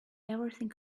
everything